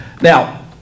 Now